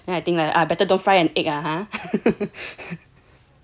then I think like ah better don't fry an egg ah ha